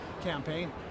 campaign